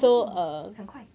orh 很快